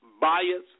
bias